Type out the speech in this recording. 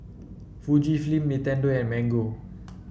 Fujifilm Nintendo and Mango